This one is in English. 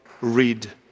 read